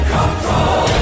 control